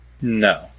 No